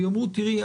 ויאמרו: תראי,